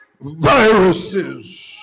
Viruses